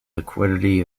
liquidity